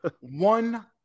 One